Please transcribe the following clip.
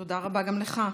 תודה רבה גם לך.